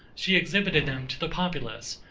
she exhibited them to the populace,